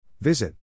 Visit